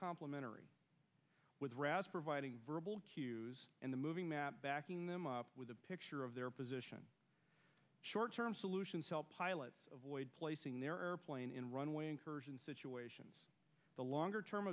complimentary with rats providing verbal cues and the moving map backing them up with a picture of their position short term solutions pilot avoid placing their airplane in runway incursion situations the longer term